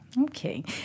Okay